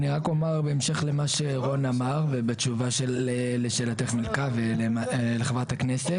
אני רק אומר בהמשך למה שרון אמר ובתשובה לשאלתך מילכה ולחברת הכנסת,